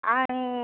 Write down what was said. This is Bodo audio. आं